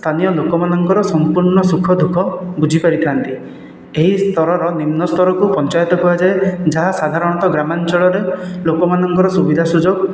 ସ୍ଥାନୀୟ ଲୋକମାନଙ୍କର ସମ୍ପୂର୍ଣ୍ଣ ସୁଖ ଦୁଃଖ ବୁଝିପାରିଥାନ୍ତି ଏହି ସ୍ତରର ନିମ୍ନ ସ୍ତରକୁ ପଞ୍ଚାୟତ କୁହାଯାଏ ଯାହା ସାଧାରଣତଃ ଗ୍ରାମାଞ୍ଚଳରେ ଲୋକମାନଙ୍କର ସୁବିଧା ସୁଯୋଗ